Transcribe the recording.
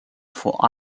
for